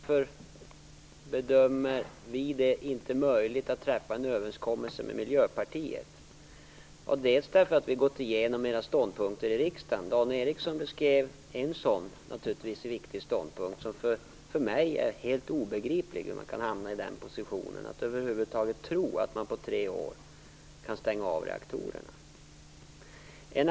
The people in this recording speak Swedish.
Herr talman! Eva Goës tar upp några saker. Först gäller det frågan om varför vi inte bedömer det vara möjligt att träffa en överenskommelse med Miljöpartiet. Ja, vi har gått igenom era ståndpunkter i riksdagen. Dan Ericsson beskrev en viktig ståndpunkt, och för mig är det helt obegripligt hur man över huvud taget kan hamna i den positionen att man tror att det går att på tre år stänga av reaktorerna.